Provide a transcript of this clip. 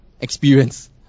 experience